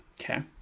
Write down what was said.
Okay